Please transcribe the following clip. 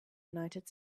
united